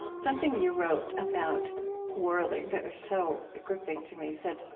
something you wrote about whirling that was so gripping to me said,